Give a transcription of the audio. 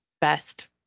best